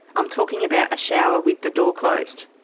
i'm talking about a shower with the door closed.